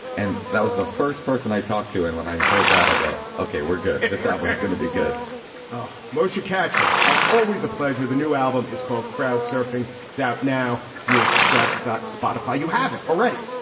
and that was the first person i talked to. and when i heard that, i got. okay, we're good. this album is gonna be good moesha katcher. always a pleasure. the new album is called crowd surfing. it's out now. if you subscribed sat spotify, you have it already.